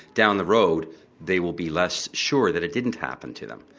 down the road they will be less sure that it didn't happen to them.